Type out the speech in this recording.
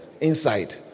inside